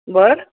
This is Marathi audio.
बरं